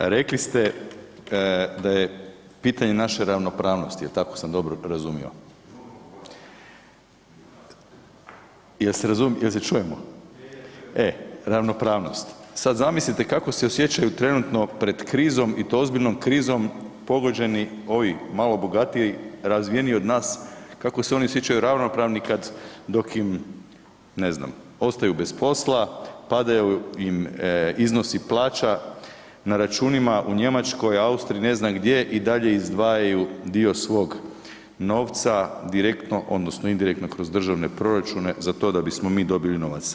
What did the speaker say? Rekli ste da je pitanje naše ravnopravnosti, jel tako sam dobro razumio, jel se čujemo, ravnopravnost, sad zamislite kako se osjećaju trenutno pred krizom i to ozbiljnom krizom pogođeni ovi malo bogatiji, razvijeniji od nas, kako se oni osjećaju ravnopravni dok im ne zna, ostaju bez posla, padaju im iznosi plaća na računima u Njemačkoj, Austriji, ne znam gdje i dalje izdvajaju dio svog novca direktno odnosno indirektno kroz državne proračune za to da bismo mi dobili novac.